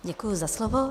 Děkuji za slovo.